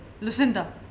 lucinda